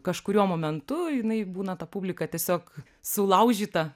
kažkuriuo momentu jinai būna ta publika tiesiog sulaužyta